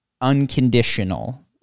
unconditional